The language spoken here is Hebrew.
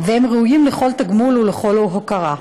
והם ראויים לכל תגמול ולכל הוקרה.